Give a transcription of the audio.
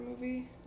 movie